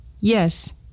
Yes